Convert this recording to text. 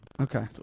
Okay